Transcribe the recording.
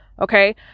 Okay